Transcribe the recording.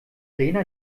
rena